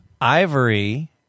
ivory